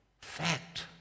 fact